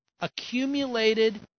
Accumulated